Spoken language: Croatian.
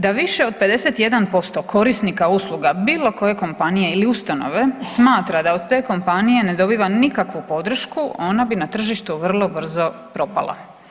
Da više od 51% korisnika usluga bilo koje kompanije ili ustanove smatra da od te kompanije ne dobiva nikakvu podršku ona bi na tržištu vrlo brzo propala.